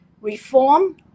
reform